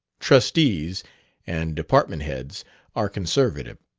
trustees and department heads are conservative.